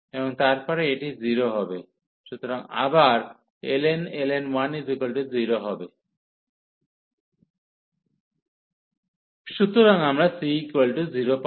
এবং তারপরে এটি 0 হবে সুতরাং আবার ln 1 0 হবে সুতরাং আমরা c0 পাই